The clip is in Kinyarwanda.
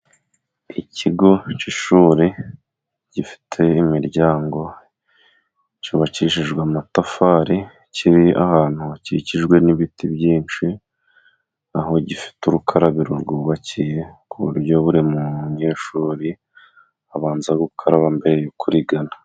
Ikigo cy'ishuri gifite imiryango cyubakishijwe amatafari kiri ahantu hakikijwe n'ibiti byinshi aho gifite urukarabiro rwubakiye ku buryo buri mu nyeshuri abanza gukaraba mbere yo kurigana.